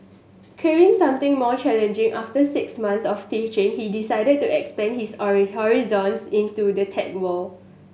craving something more challenging after six months of teaching he decided to expand his horizons into the tech world